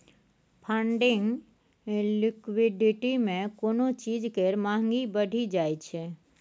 funding liquidity मे कोनो चीज केर महंगी बढ़ि जाइ छै